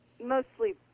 mostly